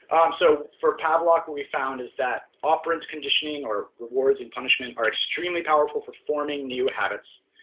um so for pavlok what we found is that operant conditioning or rewards and punishment are extremely powerful for forming new habits.